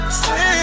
say